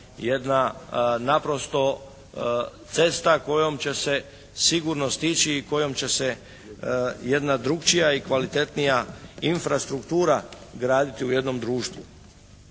jedna naprosto cesta kojom će se sigurno stići i kojom će se jedna drukčija i kvalitetnija infrastruktura graditi u jednom društvu